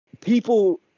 people